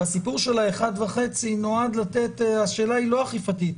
ובסיפור של 1.5 מטר השאלה היא לא אכיפתית.